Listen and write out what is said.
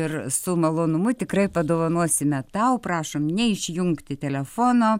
ir su malonumu tikrai padovanosime tau prašom neišjungti telefono